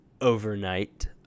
overnight